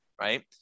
right